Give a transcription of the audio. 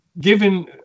given